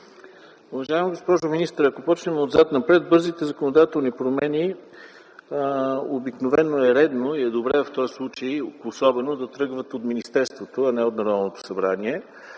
Уважаема госпожо министър, ако започнем отзад напред, бързите законодателни промени обикновено е редно и е добре особено в този случай да тръгват от министерството, а не от Народното събрание,